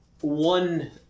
one